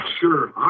sure